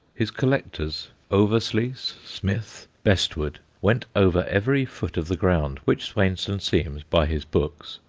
his collectors, oversluys, smith, bestwood, went over every foot of the ground which swainson seems, by his books,